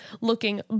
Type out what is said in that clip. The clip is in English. looking